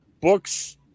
books